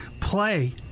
play